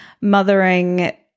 mothering